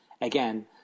Again